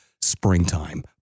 Springtime